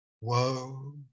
Woe